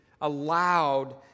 allowed